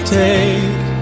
take